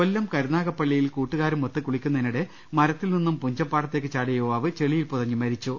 കൊല്ലം കരുനാഗപ്പള്ളിയിൽ കൂട്ടുകാരുമൊത്ത് കുളിക്കുന്നതിനിടെ മരത്തിൽ നിന്നും പുഞ്ചപ്പാടത്തേക്ക് ചാടിയ യുവാവ് ചെളിയിൽ പുതഞ്ഞ് മരിച്ചു